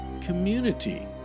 community